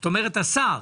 זאת אומרת, השר.